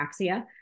apraxia